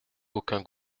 aucun